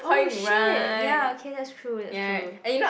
oh shit ya okay that's true that's true